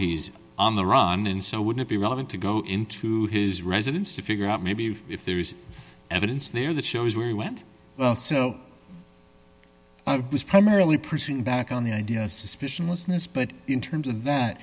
he's on the run in so would it be relevant to go into his residence to figure out maybe if there is evidence there that shows we went well so i was primarily pursuing back on the idea of suspicion listeners but in terms of that